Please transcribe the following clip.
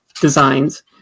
designs